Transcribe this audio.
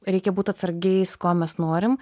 reikia būt atsargiais ko mes norim